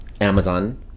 Amazon